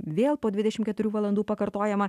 vėl po dvidešimt keturių valandų pakartojama